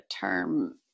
term